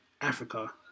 Africa